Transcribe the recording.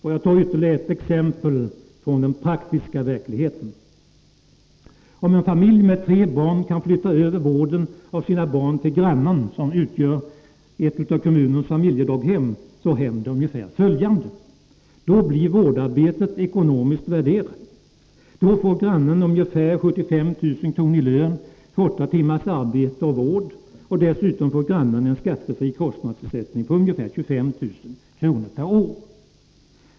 Låt mig ta ytterligare ett exempel från den praktiska verkligheten. Om en familj med tre barn kan flytta över vården av sina barn till grannen och dennes hem, som utgör ett av kommunens familjedaghem, händer ungefär följande. Då blir vårdarbetet ekonomiskt värderat. Vederbörande får ungefär 75 000 kr. i årslön för åtta timmars vårdarbete per dag och dessutom en skattefri kostnadsersättning på 25 000 kr. per år.